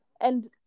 And-